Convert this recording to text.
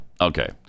Okay